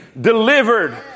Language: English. delivered